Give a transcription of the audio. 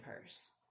purse